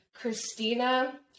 Christina